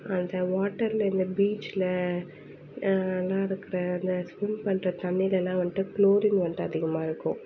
அந்த வாட்டரில் இந்த பீச்சில் அங்கேலாம் இருக்கிற அந்த ஸ்விம் பண்ணுற தண்ணிலேலாம் வந்துட்டு க்ளோரின் வந்துட்டு அதிகமாகருக்கும்